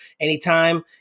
anytime